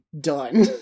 done